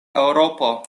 eŭropo